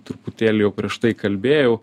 truputėlį jau prieš tai kalbėjau